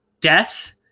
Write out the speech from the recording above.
death